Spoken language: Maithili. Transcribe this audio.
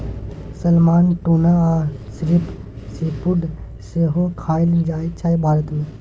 सालमन, टुना आ श्रिंप सीफुड सेहो खाएल जाइ छै भारत मे